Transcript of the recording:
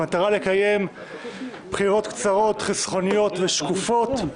במטרה לקיים בחירות קצרות, חסכוניות ושקופות.